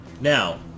Now